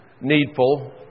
needful